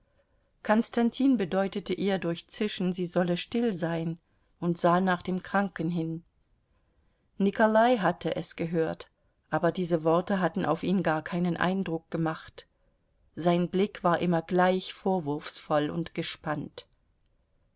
konstantin bedeutete ihr durch zischen sie solle still sein und sah nach dem kranken hin nikolai hatte es gehört aber diese worte hatten auf ihn gar keinen eindruck gemacht sein blick war immer gleich vorwurfsvoll und gespannt